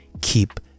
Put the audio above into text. Keep